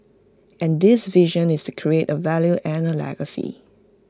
and this vision is to create A value and A legacy